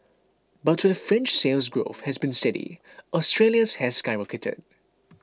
but where French Sales Growth has been steady Australia's has skyrocketed